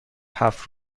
هفت